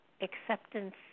acceptance